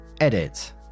Edit